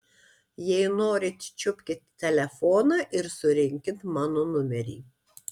jei norit čiupkit telefoną ir surinkit mano numerį